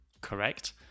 correct